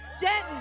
Denton